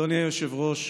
אדוני היושב-ראש,